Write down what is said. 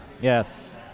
Yes